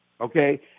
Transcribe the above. Okay